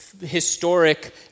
historic